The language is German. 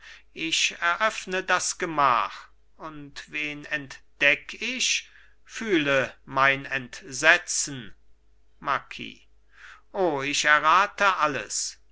ich eröffne das gemach und wen entdeck ich fühle mein entsetzen marquis o ich errate alles